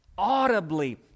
audibly